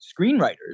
screenwriters